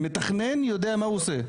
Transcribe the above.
המתכנן יודע מה הוא עושה.